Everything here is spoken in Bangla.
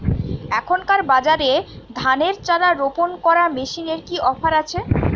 এখনকার বাজারে ধানের চারা রোপন করা মেশিনের কি অফার আছে?